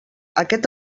aquest